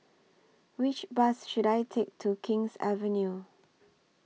Which Bus should I Take to King's Avenue